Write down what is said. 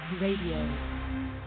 radio